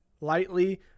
lightly